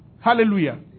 Hallelujah